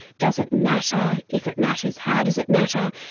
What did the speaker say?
does it matter? if it matters, how does it matter?